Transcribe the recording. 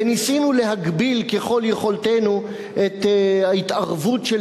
וניסינו להגביל ככל יכולתנו את ההתערבות של